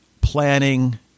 planning